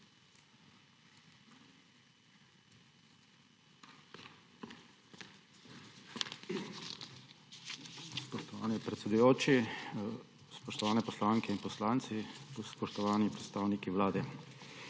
Spoštovani predsedujoči, spoštovane poslanke in poslanci, spoštovani predstavniki